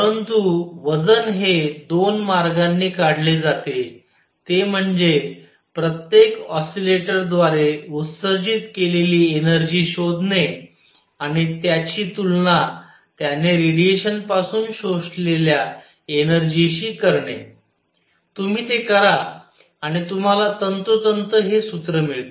परंतु वजन हे दोन मार्गांनी काढले जाते ते म्हणजे प्रत्येक ओसीलेटर द्वारे उत्सर्जित केलेली एनर्जी शोधणे आणि त्याची तुलना त्याने रेडिएशन पासून शोषलेल्या एनर्जी शी करणे तुम्ही ते करा आणि तुम्हाला तंतोतंत हे सूत्र मिळते